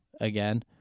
again